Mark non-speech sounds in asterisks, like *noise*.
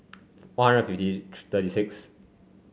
One Hundred fifty *unintelligible* thirty sixth